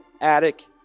attic